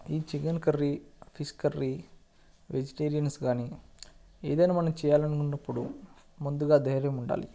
ఈ chicken curry fish curry vegetarians కానీ ఏదైనా మనం చేయాలి అని అనుకున్నప్పుడు ముందుగా ధైర్యం ఉండాలి